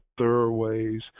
thoroughways